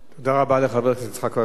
תודה רבה לחבר הכנסת יצחק וקנין.